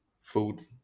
food